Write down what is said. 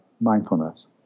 mindfulness